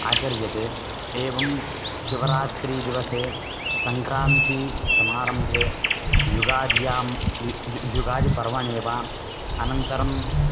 आचर्यते एवं शिवरात्रिदिवसे सङ्क्रान्तिसमारम्भे युगाद्यां युगादिपर्वणे वा अनन्तरं